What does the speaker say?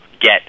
get